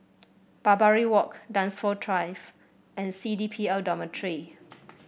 Barbary Walk Dunsfold Drive and C D P L Dormitory